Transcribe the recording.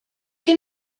que